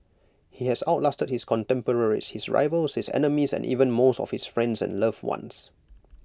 he has out lasted his contemporaries his rivals his enemies and even most of his friends and loved ones